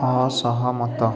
ଅସହମତ